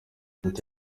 ati